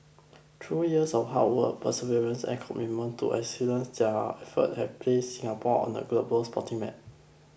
through years of hard work perseverance and commitment to excellence their efforts have placed Singapore on the global sporting map